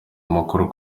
amakuru